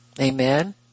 amen